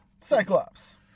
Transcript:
Cyclops